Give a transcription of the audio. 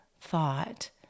thought